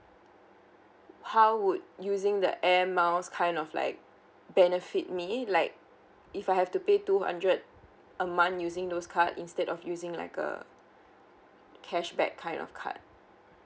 how would using the air miles kind of like benefit me like if I have to pay two hundred a month using those card instead of using like a cashback kind of card